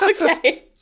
okay